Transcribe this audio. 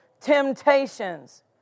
temptations